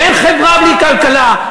ואין חברה בלי כלכלה,